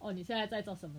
or 你现在在做什么